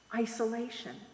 isolation